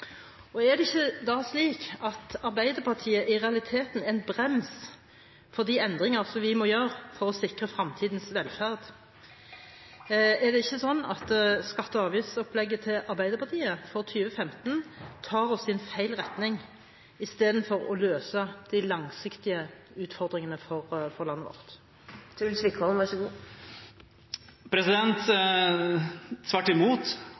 næringslivet. Er det ikke da slik at Arbeiderpartiet i realiteten er en brems for de endringer som vi må gjøre for å sikre fremtidens velferd? Er det ikke sånn at skatte- og avgiftsopplegget til Arbeiderpartiet for 2015 tar oss i feil retning istedenfor å løse de langsiktige utfordringene for landet vårt? Tvert imot,